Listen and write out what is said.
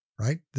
right